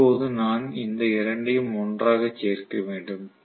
இப்போது நான் இந்த இரண்டையும் ஒன்றாக சேர்க்க வேண்டும்